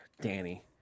Danny